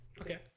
Okay